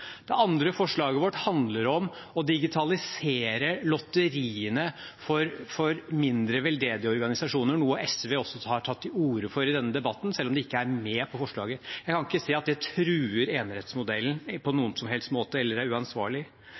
Det andre forslaget vårt handler om å digitalisere lotteriene for mindre, veldedige organisasjoner, noe SV også har tatt til orde for i denne debatten, selv om de ikke er med på forslaget. Jeg kan ikke se at det truer enerettsmodellen på noen som helst måte eller er uansvarlig.